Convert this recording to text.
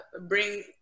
bring